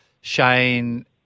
Shane